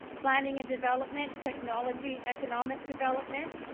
planning and development technology economic development.